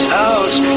house